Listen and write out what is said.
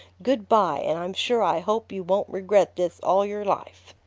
good-by, and i'm sure i hope you won't regret this all your life.